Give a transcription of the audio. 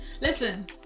Listen